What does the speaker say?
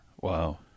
Wow